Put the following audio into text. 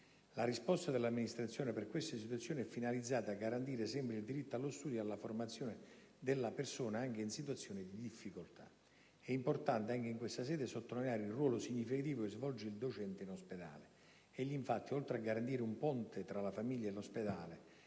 La risposta dell'Amministrazione per queste situazioni è finalizzata a garantire sempre il diritto allo studio e alla formazione della persona, anche in situazioni di difficoltà. È importante anche in questa sede sottolineare il ruolo significativo che svolge il docente in ospedale. Egli, infatti, oltre a garantire un ponte tra la famiglia e l'ospedale,